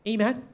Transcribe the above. Amen